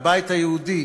הבית היהודי,